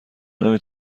نمی